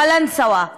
בקלנסואה,